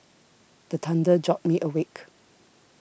the thunder jolt me awake